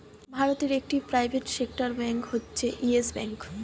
ভারতে একটি private sector bank হচ্ছে ইয়েস ব্যাঙ্ক